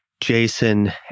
Jason